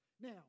Now